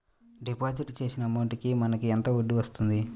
Deposit చేసిన amount కి మనకి ఎంత వడ్డీ వస్తుంది?